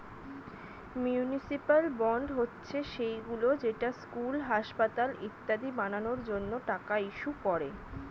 municipal bond হচ্ছে সেইগুলো যেটা স্কুল, হাসপাতাল ইত্যাদি বানানোর জন্য টাকা ইস্যু করে